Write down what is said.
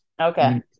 Okay